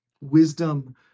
Wisdom